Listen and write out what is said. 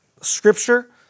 scripture